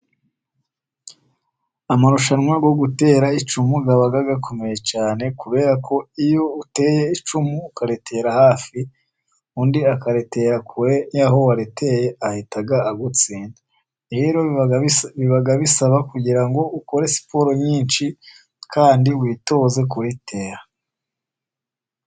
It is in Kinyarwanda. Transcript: Amarushanwa yo gutera icumu aba akomeye cyane, kubera ko iyo uteye icumu ukaritera hafi undi akaritera kure y'aho wateye ahita agutsinda, rero biba bisaba kugira ngo ukore siporo nyinshi, kandi witoze kuritera.